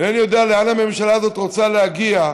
אינני יודע לאן הממשלה הזאת רוצה להגיע.